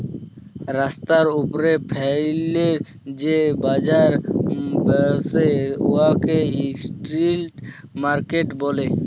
রাস্তার উপ্রে ফ্যাইলে যে বাজার ব্যসে উয়াকে ইস্ট্রিট মার্কেট ব্যলে